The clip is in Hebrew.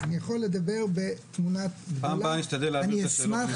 אז אני יכול לדבר בתמונה גדולה, אני אשמח